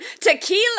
Tequila